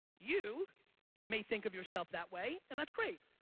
you may think of yourself that way and that's great.